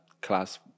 class